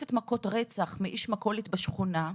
חוטפת מכות רצח מאיש מכולת בשכונה.